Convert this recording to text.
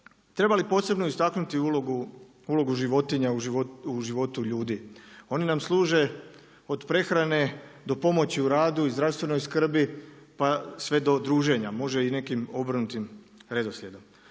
Treba li posebno istaknuti ulogu životinja u životu ljudi. Oni nam služe od prehrane do pomoći u radu i zdravstvenoj skrbi, pa sve do druženja, može i nekim obrnutim redoslijedom.